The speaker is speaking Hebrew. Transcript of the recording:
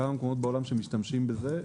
כמה מקומות בעולם שמשתמשים בזה.